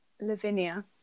Lavinia